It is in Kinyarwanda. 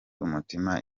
umutima